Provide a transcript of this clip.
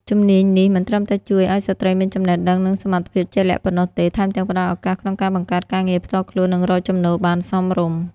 ជំនាញនេះមិនត្រឹមតែជួយឱ្យស្ត្រីមានចំណេះដឹង និងសមត្ថភាពជាក់លាក់ប៉ុណ្ណោះទេ ថែមទាំងផ្តល់ឱកាសក្នុងការបង្កើតការងារផ្ទាល់ខ្លួន និងរកចំណូលបានសមរម្យ។